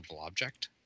object